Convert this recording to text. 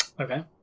Okay